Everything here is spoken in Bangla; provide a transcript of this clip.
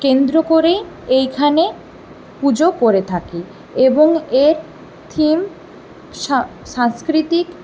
কেন্দ্র করে এইখানে পুজো করে থাকি এবং এর থিম সাংস্কৃতিক